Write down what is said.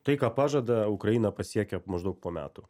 tai ką pažada ukrainą pasiekia maždaug po metų